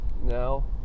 now